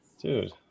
dude